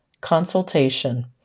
consultation